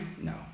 No